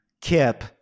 Kip